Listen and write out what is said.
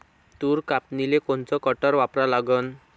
तूर कापनीले कोनचं कटर वापरा लागन?